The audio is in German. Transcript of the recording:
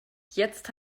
jetzt